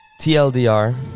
TLDR